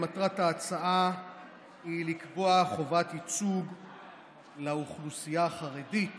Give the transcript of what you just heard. מטרת ההצעה היא לקבוע חובת ייצוג לאוכלוסייה החרדית,